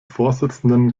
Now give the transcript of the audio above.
vorsitzenden